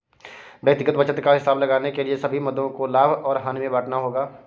व्यक्तिगत बचत का हिसाब लगाने के लिए सभी मदों को लाभ और हानि में बांटना होगा